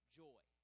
joy